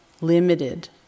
limited